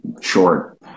short